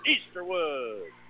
Easterwood